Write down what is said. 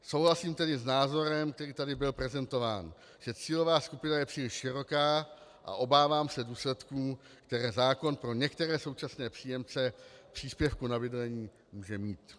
Souhlasím tedy s názorem, který tady byl prezentován, že cílová skupina je příliš široká, a obávám se důsledků, které zákon pro některé současné příjemce příspěvku na bydlení může mít.